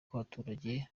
bw’abaturage